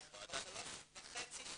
2015. שלוש וחצי שנים,